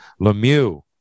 Lemieux